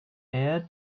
heir